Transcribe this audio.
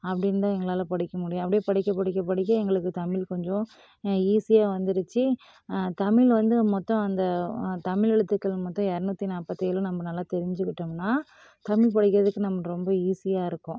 அப்படின்தான் எங்களால் படிக்க முடியும் அப்படியே படிக்க படிக்க படிக்க எங்களுக்கு தமிழ் கொஞ்சம் ஈஸியாக வந்துருச்சு தமிழ் வந்து மொத்தம் அந்த தமிழெழுத்துக்கள் மொத்தம் இரநூத்தி நாற்பத்தி ஏழும் நம்ம நல்லா தெரிஞ்சிகிட்டோம்ன்னா தமிழ் படிக்கிறதுக்கு நம்ம ரொம்ப ஈஸியாக இருக்கும்